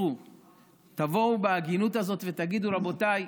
תבואו בהגינות הזאת ותגידו: רבותיי,